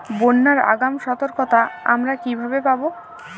বন্যার আগাম সতর্কতা আমরা কিভাবে পাবো?